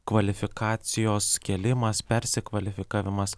kvalifikacijos kėlimas persikvalifikavimas